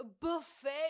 buffet